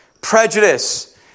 prejudice